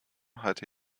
halte